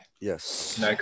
Yes